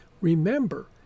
Remember